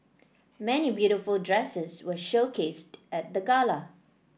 many beautiful dresses were showcased at the gala